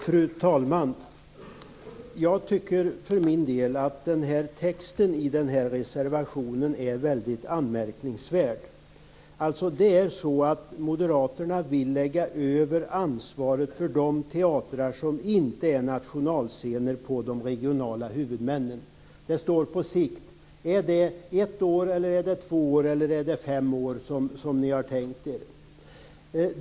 Fru talman! Jag tycker för min del att texten i den här reservationen är väldigt anmärkningsvärd. Moderaterna vill lägga över ansvaret för de teatrar som inte är nationalscener på de regionala huvudmännen. "På sikt" står det. Är det ett år eller är det två år eller är det fem år som ni har tänkt er?